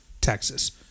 Texas